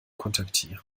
kontaktieren